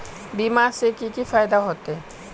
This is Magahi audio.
बीमा से की फायदा होते?